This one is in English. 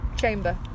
chamber